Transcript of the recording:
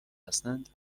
هستند